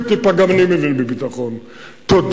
טיפ